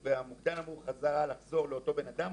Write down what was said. והמוקדן אמור לחזור בחזרה לאותו בן אדם.